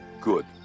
good